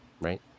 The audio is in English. right